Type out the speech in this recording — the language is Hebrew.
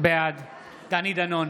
בעד דני דנון,